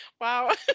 Wow